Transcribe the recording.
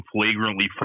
flagrantly